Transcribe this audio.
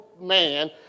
man